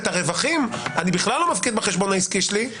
את הרווחים אני בכלל לא מפקיד בחשבון העסקי שלי,